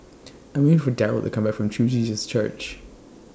I'm waiting For Darryle to Come Back from True Jesus Church